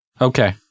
Okay